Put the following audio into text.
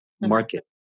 market